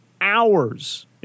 hours